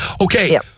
Okay